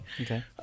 Okay